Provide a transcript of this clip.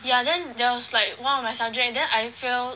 ya then there was like one of my subject then I fail